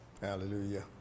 Hallelujah